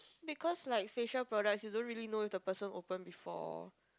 because like facial products you don't really know if the person open before